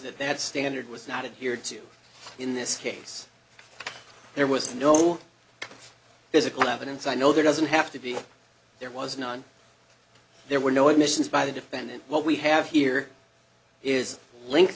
that they had standard was not adhere to in this case there was no physical evidence i know there doesn't have to be there was none there were no admissions by the defendant what we have here is a link